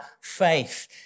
faith